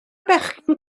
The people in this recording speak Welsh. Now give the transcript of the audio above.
bechgyn